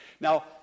Now